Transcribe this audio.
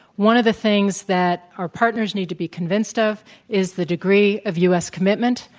one of the things that our partners need to be convinced of is the degree of u. s. commitment.